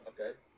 Okay